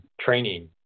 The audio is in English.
training